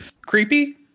creepy